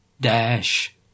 dash